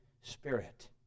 Spirit